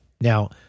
Now